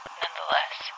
nonetheless